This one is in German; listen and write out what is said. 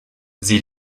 sie